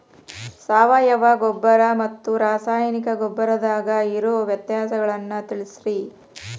ಸಾವಯವ ಗೊಬ್ಬರ ಮತ್ತ ರಾಸಾಯನಿಕ ಗೊಬ್ಬರದಾಗ ಇರೋ ವ್ಯತ್ಯಾಸಗಳನ್ನ ತಿಳಸ್ರಿ